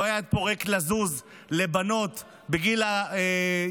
לא היה את פרויקט לזוז לבנות בגיל ההתבגרות,